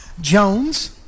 Jones